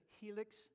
Helix